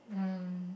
um